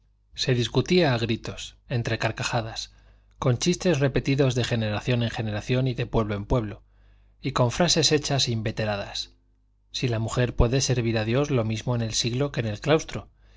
se discutía a gritos entre carcajadas con chistes repetidos de generación en generación y de pueblo en pueblo y con frases hechas inveteradas si la mujer puede servir a dios lo mismo en el siglo que en el claustro